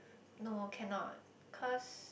no cannot cause